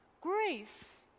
Grace